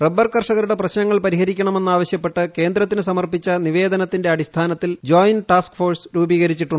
rubber കർഷകരുടെ പ്രശ്നങ്ങൾ പരിഹരിക്കണമെന്ന് ആവശ്യപ്പെട്ട് കേന്ദ്രത്തിന് സമർപ്പിച്ച നിവേദനത്തിന്റെ അടിസ്ഥാനത്തിൽ ജോയിന്റ് ടാസ്ക് ഫോഴ്സ് രൂപീകരിച്ചിട്ടുണ്ട്